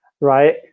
right